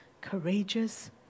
courageous